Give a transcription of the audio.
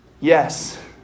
Yes